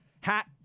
Hat